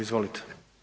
Izvolite.